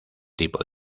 tipo